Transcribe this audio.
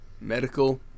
medical